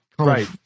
Right